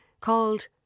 called